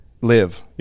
live